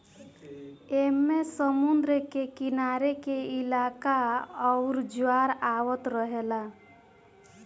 ऐमे समुद्र के किनारे के इलाका आउर ज्वार आवत रहेला